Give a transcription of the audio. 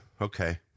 okay